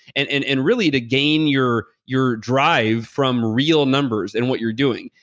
and and and really to gain your your drive from real numbers and what you're doing.